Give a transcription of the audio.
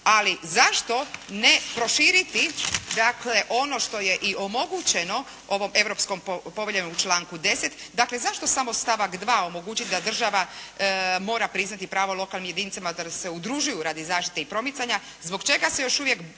ali zašto ne proširiti dakle, ono što je i omogućeno ovom europskom poveljom u članku 10. Dakle, zašto samo stavak 2. omogućiti da država mora priznati pravo lokalnim jedinicama da se udružuju radi zaštite i promicanja, zbog čega se još uvijek